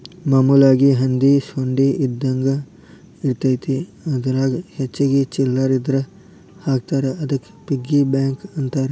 ಮಾಮೂಲಾಗಿ ಹಂದಿ ಸೊಂಡಿ ಇದ್ದಂಗ ಇರತೈತಿ ಅದರಾಗ ಹೆಚ್ಚಿಗಿ ಚಿಲ್ಲರ್ ಇದ್ರ ಹಾಕ್ತಾರಾ ಅದಕ್ಕ ಪಿಗ್ಗಿ ಬ್ಯಾಂಕ್ ಅಂತಾರ